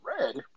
Red